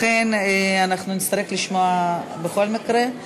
לכן נצטרך לשמוע בכל מקרה,